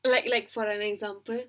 like like for an example